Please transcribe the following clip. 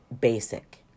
basic